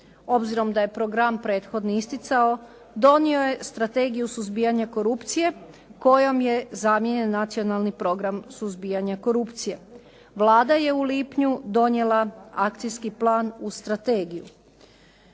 obzirom da je program prethodni isticao donio je Strategiju suzbijanja korupcije kojom je zamijenjen Nacionalni program suzbijanja korupcije. Vlada je u lipnju donijela akcijski plan u strategiju.